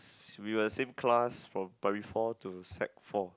we were same class from primary four to sec four